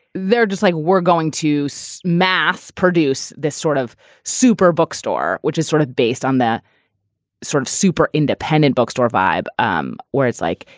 they're just like we're going to see mass produce this sort of super bookstore, which is sort of based on that sort of super independent bookstore vibe um where it's like,